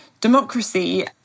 democracy